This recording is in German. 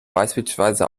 beispielsweise